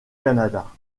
canada